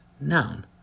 noun